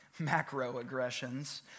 macroaggressions